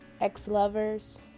ex-lovers